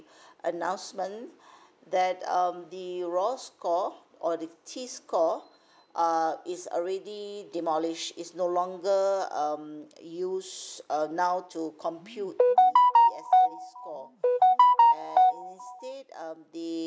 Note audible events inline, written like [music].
[breath] announcement [breath] that um the raw score or the T score uh is already demolished it's no longer um used err now to compute the P_S_L_E score and instead um they